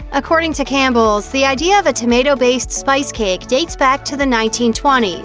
according to campbell's, the idea of a tomato-based spice cake dates back to the nineteen twenty s,